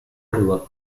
river